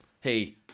hey